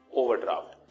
overdraft